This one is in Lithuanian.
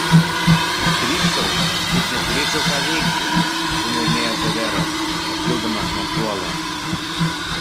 drybsau lyg neturėčiau ką veikti suniurnėjo severas pakildamas nuo suolo